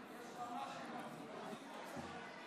סטרוק, בבקשה לשבת במקומך.